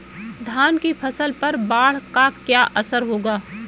धान की फसल पर बाढ़ का क्या असर होगा?